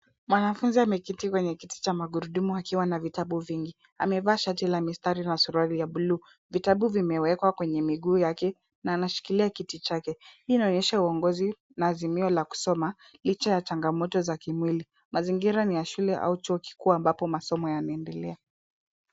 Mwanafunzi ameketi kwenye kiti cha magurudumu akiwa na vitabu vingi, amevaa shati la mistari na suruali ya buluu. Vitabu vimewekwa kwenye miguu yake na anashikilia kiti chake. Hii inaonyesha uongozi na azimio la kusoma licha ya changamoto za kimwili. Mazingira ni ya shule au chuo kikuu ambapo masomo yanaendelea.